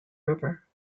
river